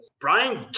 Brian